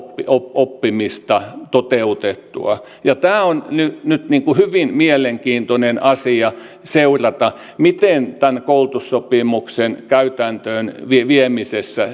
oppimista toteutettua tämä on nyt nyt hyvin mielenkiintoinen asia seurata miten tämän koulutussopimuksen käytäntöön viemisessä